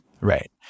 Right